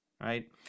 right